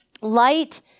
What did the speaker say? Light